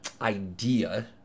idea